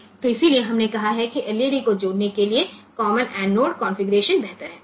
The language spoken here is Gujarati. તેથી જ આપણે કહ્યું કે LED ને કનેક્ટ કરવા માટે કોમન એનોડ કન્ફિગ્યુરેશન વધુ સારું હોય છે